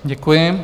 Děkuji.